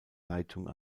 leitung